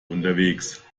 unterwegs